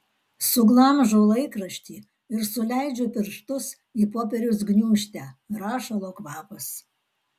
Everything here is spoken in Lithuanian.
suglamžau laikraštį ir suleidžiu pirštus į popieriaus gniūžtę rašalo kvapas